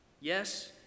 yes